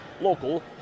local